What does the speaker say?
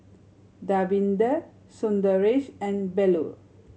Davinder Sundaresh and Bellur